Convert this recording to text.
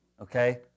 Okay